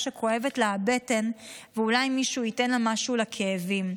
שכואבת לה הבטן ואולי מישהו ייתן לה משהו לכאבים,